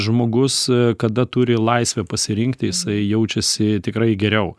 žmogus kada turi laisvę pasirinkti jisai jaučiasi tikrai geriau